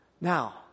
Now